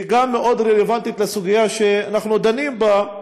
והיא גם מאוד רלוונטית לסוגיה שאנחנו דנים בה: